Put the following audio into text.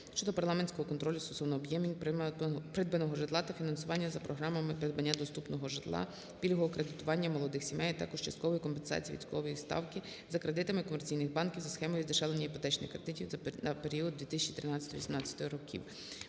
щодо парламентського контролю стосовно об'ємів придбаного житла та фінансування за програмами придбання доступного житла, пільгового кредитування молодих сімей, а також часткової компенсації відсоткової ставки за кредитами комерційних банків за схемою здешевлення іпотечних кредитів за період 2013-2018 роках.